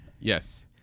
yes